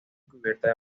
cubierta